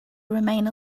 remain